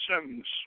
sentence